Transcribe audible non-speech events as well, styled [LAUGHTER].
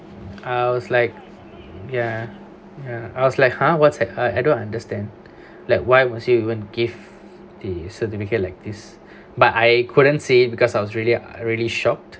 I was like ya ya I was like ha what's I I don't understand [BREATH] like why would you even give the certificate like this [BREATH] but I couldn't see it because I was really really shocked